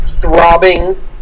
throbbing